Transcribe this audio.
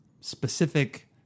specific